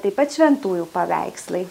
taip pat šventųjų paveikslai